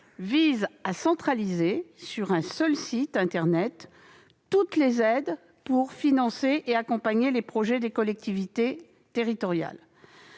centralise, sur un seul site internet, toutes les aides pour accompagner les projets des collectivités territoriales.